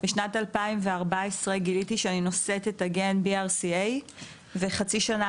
בשנת 2014 גיליתי שאני נושאת את הגן BRCA וחצי שנה